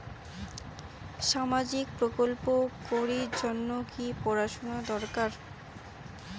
সামাজিক প্রকল্প করির জন্যে কি পড়াশুনা দরকার?